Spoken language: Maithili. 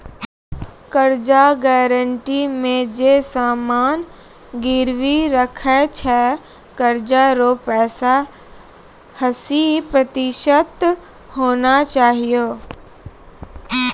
कर्जा गारंटी मे जे समान गिरबी राखै छै कर्जा रो पैसा हस्सी प्रतिशत होना चाहियो